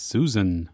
Susan